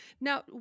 Now